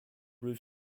roof